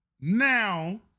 now